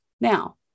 Now